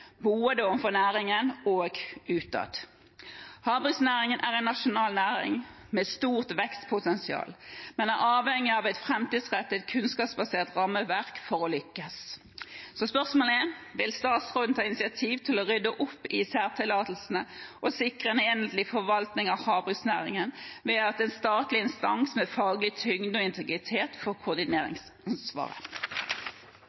overfor næringen og utad. Havbruksnæringen er en nasjonal næring med stort vekstpotensial, men den er avhengig av et framtidsrettet, kunnskapsbasert rammeverk for å lykkes. Spørsmålet er: Vil statsråden ta initiativ til å rydde opp i særtillatelsene og sikre en enhetlig forvaltning av havbruksnæringen ved at en statlig instans med faglig tyngde og integritet